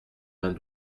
vingt